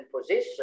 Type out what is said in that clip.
position